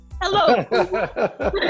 hello